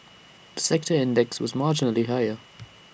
the sector index was marginally higher